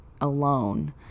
alone